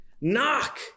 Knock